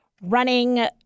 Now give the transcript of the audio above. running